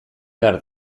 behar